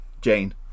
Jane